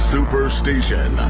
Superstation